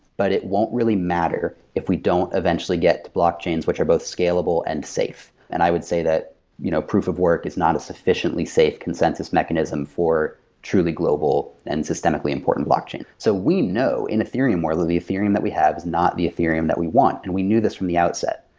but it won't really matter if we don't eventually get blockchains, which are both scalable and safe, and i would say that you know proof of work is not sufficiently safe consensus mechanism for truly global and systemically important blockchain. so we know in ethereum world that the ethereum that we have is not the ethereum that we want, and we knew this from the outset.